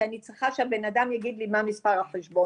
כי אני צריכה שהבן אדם יגיד לי מה מספר החשבון.